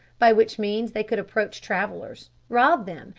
by which means they could approach travellers, rob them,